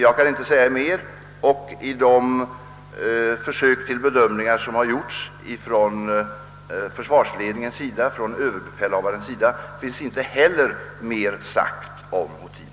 Jag kan inte säga mer om motiven till dessa ubåtsspaningar, och inte heller överbefälhavaren har vid si na bedömningar kunnat säga mer om antagliga motiv.